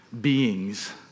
beings